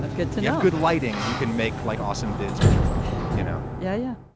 ah good to know. good lighting. you can make like awesome vids with your phone, you know yeah. yeah.